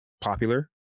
popular